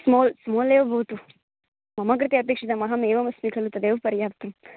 small small एव भवतु मम कृते अपेक्षितम् अहं एवमस्मि खलु तदेव पर्याप्तम्